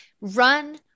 run